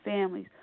families